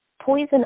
poison